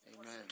Amen